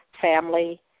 family